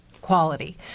quality